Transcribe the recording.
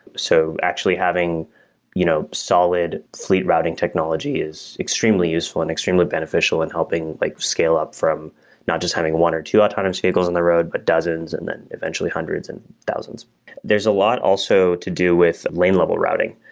so actually having you know solid fleet routing technology is extremely useful and extremely beneficial in and helping like scale up from not just having one or two autonomous vehicles on the road, but dozens and then eventually hundreds and thousands there's a lot also to do with lane level routing,